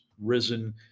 risen